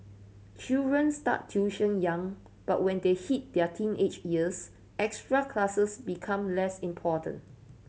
children start tuition young but when they hit their teenage years extra classes become less important